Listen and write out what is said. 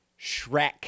Shrek